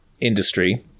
industry